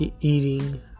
eating